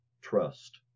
trust